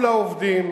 מול העובדים,